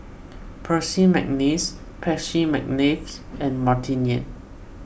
Percy McNeice Percy McNeice and Martin Yan